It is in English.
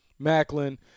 Macklin